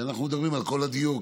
אנחנו מדברים על כל הדיור,